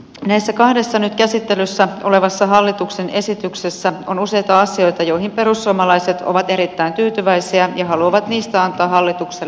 näissä kahdessa nyt käsittelyssä olevassa hallituksen esityksessä on useita asioita joihin perussuomalaiset ovat erittäin tyytyväisiä ja haluavat niistä antaa hallitukselle kiitosta